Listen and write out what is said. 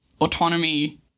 autonomy